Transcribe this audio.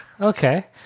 Okay